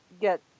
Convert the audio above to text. get